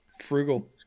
Frugal